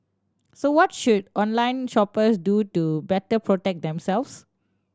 so what should online shoppers do to better protect themselves